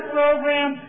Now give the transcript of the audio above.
program